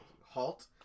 halt